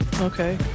Okay